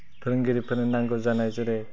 फोरोंगिरिफोरनो नांगौ जानाय जेरै